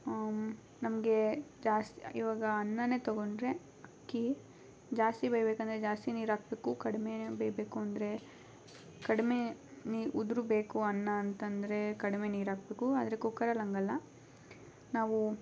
ನಮಗೆ ಜಾಸ್ತಿ ಇವಾಗ ಅನ್ನನೆ ತಗೊಂಡರೆ ಅಕ್ಕಿ ಜಾಸ್ತಿ ಬೇಯ ಬೇಕಂದರೆ ಜಾಸ್ತಿ ನೀರು ಹಾಕಬೇಕು ಕಡಿಮೆ ಬೇಯಬೇಕು ಅಂದರೆ ಕಡಿಮೆ ನೀ ಉದುರು ಬೇಕು ಅನ್ನ ಅಂತ ಅಂದರೆ ಕಡಿಮೆ ನೀರು ಹಾಕ್ಬೇಕು ಆದರೆ ಕುಕ್ಕರಲ್ಲಿ ಹಂಗಲ್ಲ ನಾವು